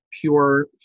pure